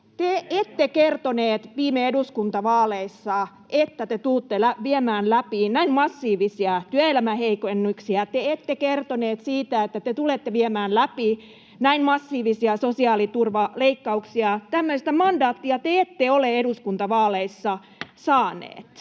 Te ette kertoneet viime eduskuntavaaleissa, että te tulette viemään läpi näin massiivisia työelämäheikennyksiä. Te ette kertoneet siitä, että te tulette viemään läpi näin massiivisia sosiaaliturvaleikkauksia. Tämmöistä mandaattia te ette ole eduskuntavaaleissa saaneet.